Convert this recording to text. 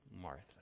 Martha